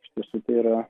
iš tiesų tai yra